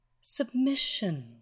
Submission